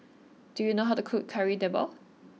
do you know how to cook Kari Debal